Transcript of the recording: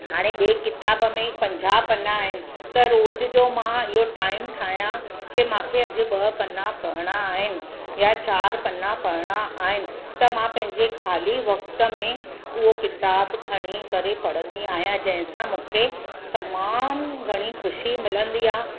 हाणे ॿे किताब में पंजाहु पना आहिनि त रोज़ जो मां इहो टाइम ठाहियां की मूंंखे अॼु ॿ पना पढ़णा आहिनि या चारि पना पढ़णा आहिनि त मां पंहिंजे खाली वक़्त में उहो किताबु खणी करे पढ़ंदी आहियां जंहिंसां मूंखे तमाम घणी ख़ुशी मिलंदी आहे